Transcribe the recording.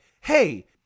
hey